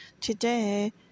Today